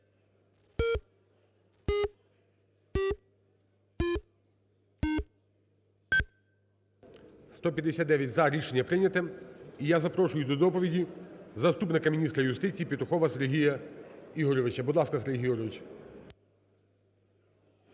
За-159 Рішення прийняте. І я запрошую до доповіді заступника міністра юстиції Петухова Сергія Ігоровича. Будь ласка, Сергій Ігорович.